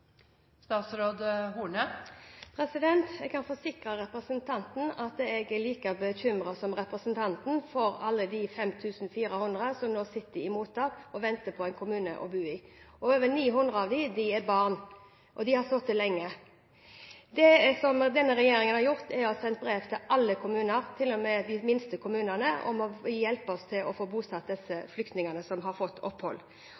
Jeg kan forsikre representanten om at jeg er like bekymret som henne for alle de 5 400 som nå sitter i mottak og venter på en kommune å bo i. Over 900 av dem er barn som har sittet lenge. Det denne regjeringen har gjort, er å sende brev til alle kommuner, til og med de minste kommunene, om at de må hjelpe oss med å få bosatt de flyktningene som har fått opphold.